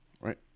Right